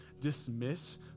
dismiss